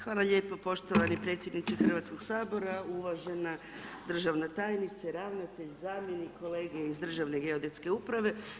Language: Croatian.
Hvala lijepo poštovani predsjedniče Hrvatskog sabora, uvažena državna tajnice, ravnatelj, zamjenik, kolege iz Državne geodetske uprave.